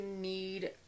need